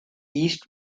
east